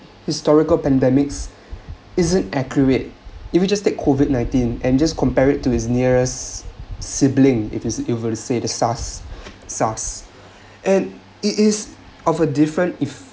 historical pandemics isn't accurate if you just take COVID nineteen and just compare it to it's nearest sibling if it is to say the sars sars and it is of a different ef~